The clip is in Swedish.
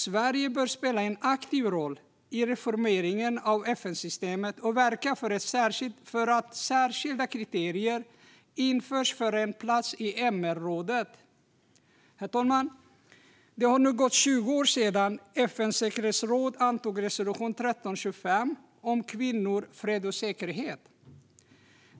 Sverige bör spela en aktiv roll i reformeringen av FN-systemet och verka för att särskilda kriterier ska införas för att ett land ska få en plats i MR-rådet. Herr talman! Det har gått 20 år sedan FN:s säkerhetsråd antog resolution 1325 om kvinnor, fred och säkerhet.